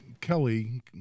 Kelly